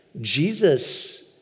Jesus